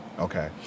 Okay